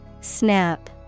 Snap